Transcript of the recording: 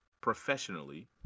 professionally